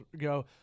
go